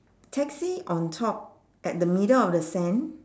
taxi on top at the middle of the sand